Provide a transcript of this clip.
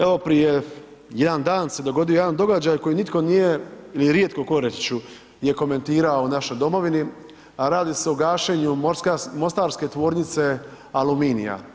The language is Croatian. Evo, prije 1 dan se dogodio jedan događaj koji nitko nije ili rijetko tko, reći ću, je komentirao u našoj domovini, a radi se o gašenju mostarske tvornice aluminija.